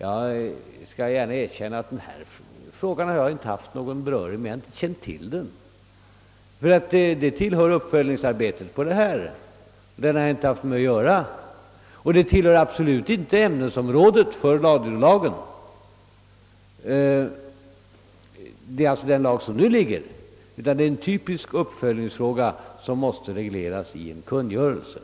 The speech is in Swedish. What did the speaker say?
Jag skall gärna erkänna att jag inte haft någon beröring med denna fråga, jag har inte känt till den, ty den tillhör uppföljningsarbetet och absolut inte ämnesområdet för den radiolag som det nu skall beslutas om. Det är alltså en typisk uppföljningsfråga, och det måste regleras i en kungörelse